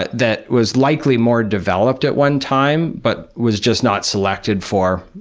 that that was likely more developed at one time, but was just not selected for,